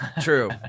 True